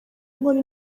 nkora